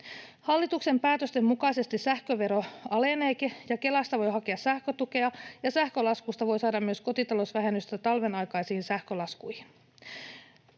Hallituksen päätösten mukaisesti sähkövero aleneekin, ja Kelasta voi hakea sähkötukea, ja sähkölaskusta voi saada myös kotitalousvähennystä talven aikaisiin sähkölaskuihin.